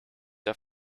der